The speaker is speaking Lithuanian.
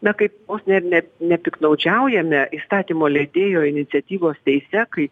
na kaip vos ne ne nepiktnaudžiaujame įstatymo leidėjo iniciatyvos teise kai